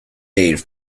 their